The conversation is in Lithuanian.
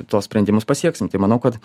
tuos sprendimus pasieksim tai manau kad